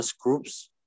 groups